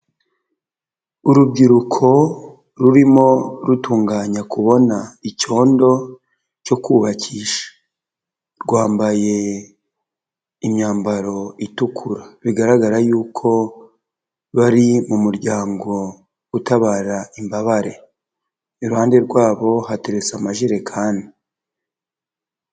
Urubyiruko rurimo rutunganya kubona icyondo cyo kubakisha, rwambaye imyambaro itukura bigaragara yuko bari mu muryango utabara imbabare, iruhande rwabo hateretse amajerekani.